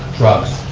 drugs.